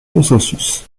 consensus